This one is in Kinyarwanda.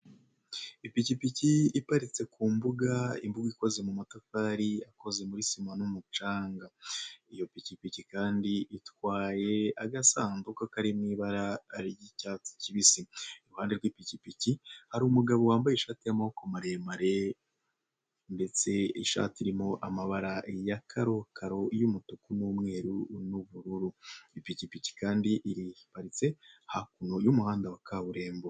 Ipikipiki iparitse ku mbuga, imbuga ikoze mu matafari akoze muri sima n'umucanga. Iyo pikipiki kandi itwaye agasanduka kari mu ibara ry'icyatsi kibisi. Iruhande rw'ipikipiki hari umugabo wambaye ishati y'amaboko maremare ndetse ishati irimo amabara ya karo karo y'umutuku n'umweru n'ubururu. Ipikipiki kandi iparitse hakuno y'umuhanda wa kaburimbo.